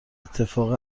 اتفاق